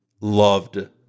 loved